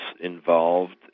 involved